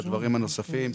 בדברים הנוספים,